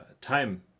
time